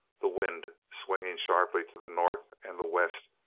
the wind, swinging sharply to the north and the west,